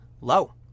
low